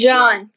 John